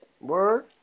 Word